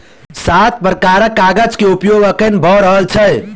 सात प्रकारक कागज के उपयोग अखैन भ रहल छै